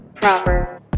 Proper